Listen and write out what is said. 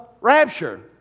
rapture